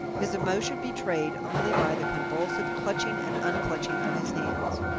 his emotion betrayed only by the convulsive clutching and unclutching of his hands.